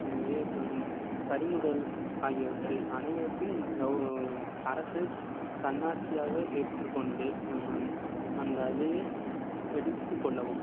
எனவே நம் பறிமுதல் ஆகியவற்றை அனைவருக்கும் அரசு தன்னாட்சியாக ஏற்றுக்கொண்டு நம்ம அந்த அதையே எடுத்துக் கொள்ளவும்